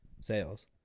sales